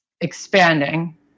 expanding